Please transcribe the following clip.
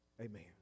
Amen